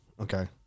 Okay